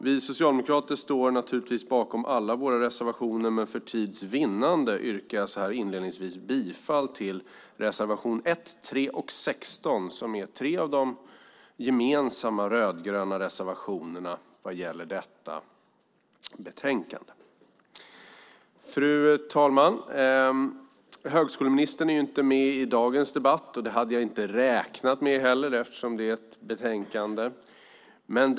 Vi socialdemokrater står naturligtvis bakom alla våra reservationer, men för tids vinnande yrkar jag så här inledningsvis bifall till reservationerna 1, 3 och 16 som är tre av de gemensamma rödgröna reservationerna i detta betänkande. Fru talman! Högskoleministern är inte med i dagens debatt, och det hade jag inte räknat med heller, eftersom det är en betänkandedebatt.